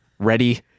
ready